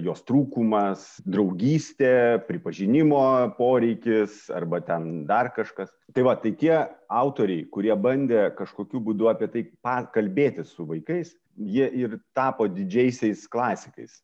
jos trūkumas draugystė pripažinimo poreikis arba ten dar kažkas tai va tai tie autoriai kurie bandė kažkokiu būdu apie tai pa kalbėtis su vaikais jie ir tapo didžiaisiais klasikais